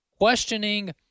questioning